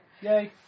Yay